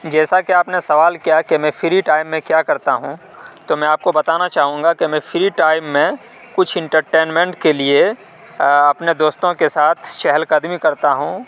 جیسا کہ آپ نے سوال کیا کہ میں فری ٹائم میں کیا کرتا ہوں تو میں آپ کو بتانا چاہوں گا کہ میں فری ٹائم میں کچھ انٹرٹینمینٹ کے لیے اپنے دوستوں کے ساتھ چہل قدمی کرتا ہوں